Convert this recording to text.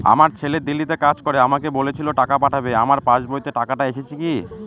আমার ছেলে দিল্লীতে কাজ করে আমাকে বলেছিল টাকা পাঠাবে আমার পাসবইতে টাকাটা এসেছে কি?